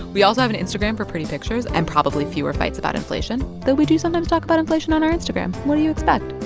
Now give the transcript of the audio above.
we also have an instagram for pretty pictures and probably fewer fights about inflation, though we do sometimes talk about inflation on our instagram. what do you expect?